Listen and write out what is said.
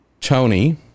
Tony